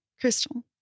Crystal